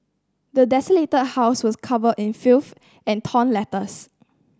the desolated house was covered in filth and torn letters